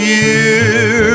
year